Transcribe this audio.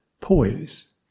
poise